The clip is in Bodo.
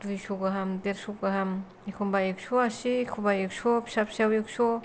दुइस' गाहाम देरस' गाहाम एखमब्ला एक्स' आसि एखमब्ला एक्स' फिसा फिसायाव एक्स'